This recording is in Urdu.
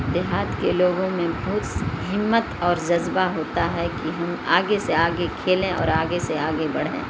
دیہات کے لوگوں میں بہت ہمت اور جذبہ ہوتا ہے کہ ہم آگے سے آگے کھیلیں اور آگے سے آگے بڑھیں